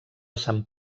sant